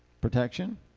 Protection